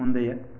முந்தைய